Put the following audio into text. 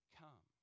come